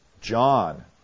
John